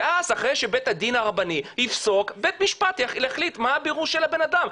ואז אחרי שבית הדין הרבני יפסוק בית משפט יחליט מה הבירור של הבן אדם,